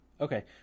Okay